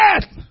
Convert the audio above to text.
death